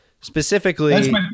Specifically